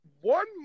one